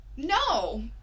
No